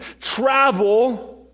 travel